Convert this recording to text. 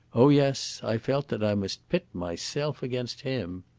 oh yes, i felt that i must pit myself against him.